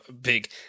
big